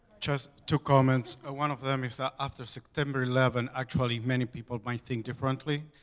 just two comments. ah one of them is ah after september eleven, actually, many people might think differently,